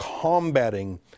combating